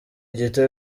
gito